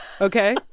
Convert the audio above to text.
Okay